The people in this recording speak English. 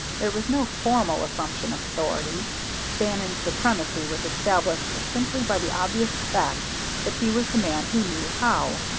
there was no formal assumption of authority bannon's supremacy was established simply by the obvious fact that he was the man who knew how.